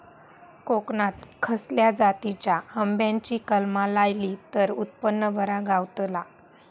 कोकणात खसल्या जातीच्या आंब्याची कलमा लायली तर उत्पन बरा गावताला?